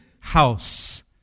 house